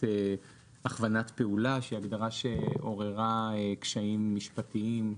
הכוונת פעולה שהיא הגדרה שעוררה קשיים משפטיים,